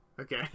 Okay